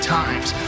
times